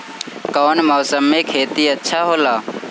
कौन मौसम मे खेती अच्छा होला?